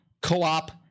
co-op